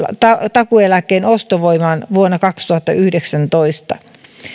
takuueläkkeen ostovoimaan vuonna kaksituhattayhdeksäntoista